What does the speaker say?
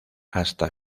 hasta